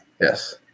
Yes